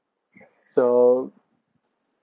so